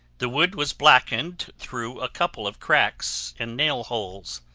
the wood was blackened through a couple of cracks and nail holes,